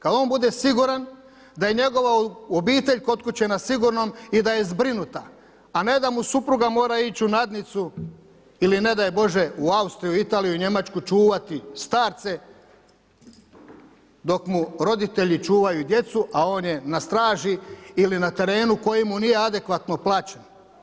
Kad on bude siguran da je njegova obitelj kod kuće na sigurnom i da je zbrinuta, a ne da mu supruga mora ići u nadnicu ili ne daj Bože u Austriju, Italiju, Njemačku čuvati starce dok mu roditelji čuvaju djecu, a on je na straži ili na terenu koji mu nije adekvatno plaćen.